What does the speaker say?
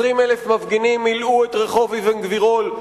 20,000 מפגינים מילאו את רחוב אבן-גבירול,